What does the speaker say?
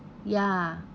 ya